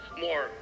more